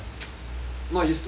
not used to it lor